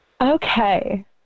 Okay